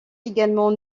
également